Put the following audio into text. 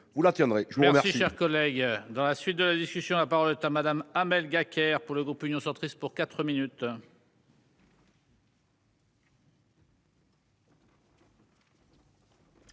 vous la tiendrai je vous remercie.